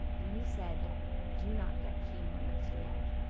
and he said do not get chemo next week.